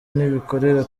n’abikorera